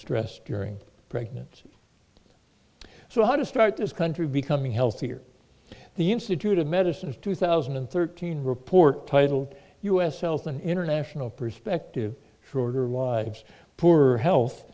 stress during pregnancy so how to start this country becoming healthier the institute of medicine of two thousand and thirteen report titled u s health an international perspective shorter lives poorer health